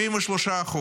73%,